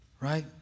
right